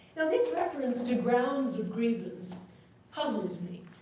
this reference to grounds of grievance puzzles me.